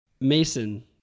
Mason